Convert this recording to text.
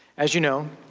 as you know,